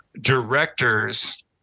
directors